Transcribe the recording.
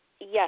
yes